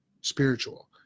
spiritual